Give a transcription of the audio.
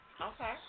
Okay